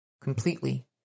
Completely